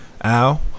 al